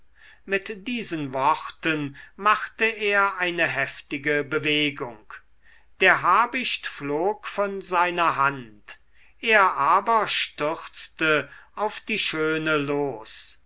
mit diesen worten machte er eine heftige bewegung der habicht flog von seiner hand er aber stürzte auf die schöne los